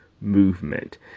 movement